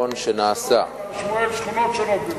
בשכונות, בהר-שמואל, בשכונות שונות בירושלים.